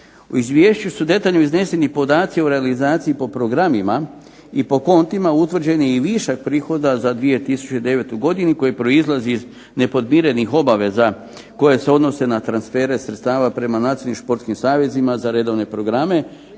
U Izvješću su detaljno izneseni podaci o realizaciji po programima i po kontima utvrđenih više prihoda za 2009. godinu koji proizlazi iz nepodmirenih obaveza koji se odnose na transfere sredstava prema nacionalnim